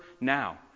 now